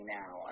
now